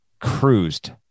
cruised